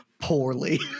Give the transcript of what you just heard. poorly